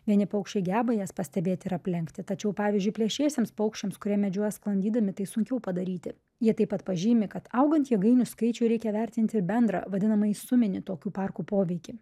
vieni paukščiai geba jas pastebėti ir aplenkti tačiau pavyzdžiui plėšriesiems paukščiams kurie medžioja sklandydami tai sunkiau padaryti jie taip pat pažymi kad augant jėgainių skaičiui reikia vertinti ir bendrą vadinamąjį suminį tokių parkų poveikį